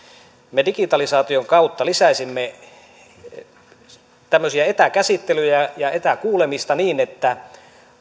me digitalisaation kautta lisäisimme etäkäsittelyjä ja etäkuulemista niin että